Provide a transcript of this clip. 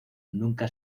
nunca